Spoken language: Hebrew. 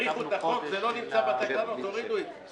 האריכו את החוק, זה לא נמצא בתקנות, הורידו את זה.